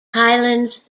highlands